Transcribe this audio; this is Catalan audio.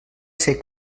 ser